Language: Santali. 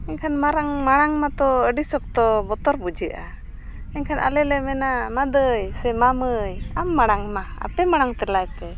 ᱮᱱᱠᱷᱟᱱ ᱢᱟᱨᱟᱝ ᱢᱟᱲᱟᱝ ᱢᱟᱛᱚ ᱟᱹᱰᱤ ᱥᱚᱠᱛᱚ ᱵᱚᱛᱚᱨ ᱵᱩᱡᱷᱟᱹᱜᱼᱟ ᱮᱱᱠᱷᱟᱱ ᱟᱞᱮ ᱞᱮ ᱢᱮᱱᱟ ᱢᱟ ᱫᱟᱹᱭ ᱥᱮ ᱢᱟ ᱢᱟᱹᱭ ᱟᱢ ᱢᱟᱲᱟᱝ ᱢᱟ ᱟᱯᱮ ᱢᱟᱲᱟᱝ ᱛᱮᱞᱟᱭ ᱯᱮ